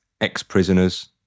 ex-prisoners